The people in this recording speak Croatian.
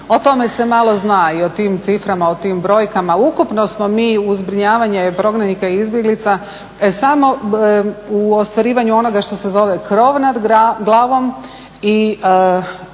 O tome se malo zna i o tim ciframa, o tim brojkama. Ukupno smo mi u zbrinjavanje prognanika i izbjeglica samo u ostvarivanju onoga što se zove krov nad glavom i